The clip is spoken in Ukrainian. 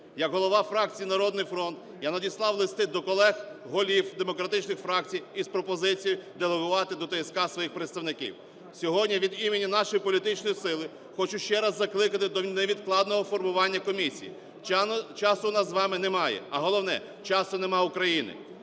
Як голова фракції "Народний фронт" я надіслав листи до колег, голів демократичних фракцій, із пропозицією делегувати до ТСК своїх представників. Сьогодні від імені нашої політичної сили хочу ще раз закликати до невідкладного формування комісії. Часу у нас з вами немає, а головне, часу немає в України.